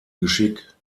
geschick